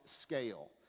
scale